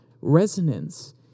Resonance